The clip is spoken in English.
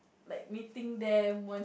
like meeting them once